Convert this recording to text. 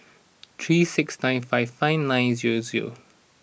three six nine five five nine zero zero